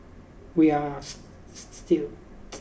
we are still